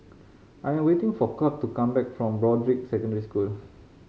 I am waiting for Clark to come back from Broadrick Secondary School